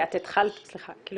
את התחלת טוב.